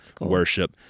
worship